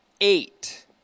eight